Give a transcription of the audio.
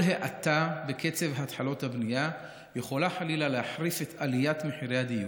כל האטה בקצב התחלות הבנייה יכולה חלילה להחריף את עליית מחירי הדיור,